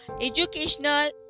educational